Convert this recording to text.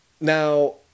Now